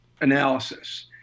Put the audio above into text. analysis